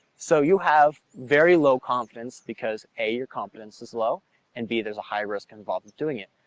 so you have very low confidence because a, your competence is low and b, there's a high risk involved in doing it.